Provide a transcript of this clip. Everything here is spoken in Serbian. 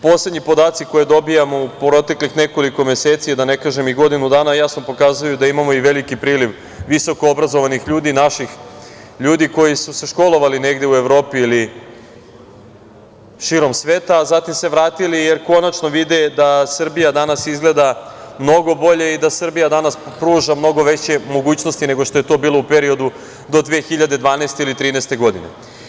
Poslednji podaci koje dobijam, u proteklih nekoliko meseci, da ne kažem i godinu dana, jasno pokazuju da imamo i veliki priliv visoko obrazovanih ljudi naših ljudi, koji su se školovali negde u Evropi ili širom sveta, a zatim se vratili, jer konačno vide da Srbija danas izgleda mnogo bolje i da Srbija pruža mnogo veće mogućnosti nego što je to bilo u periodu do 2012, 2013. godine.